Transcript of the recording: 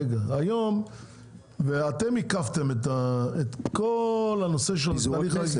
והיום עיכבתם את כל הנושא של -- זה אתם,